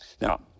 Now